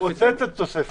הוא רוצה את התוספת הזאת.